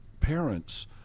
parents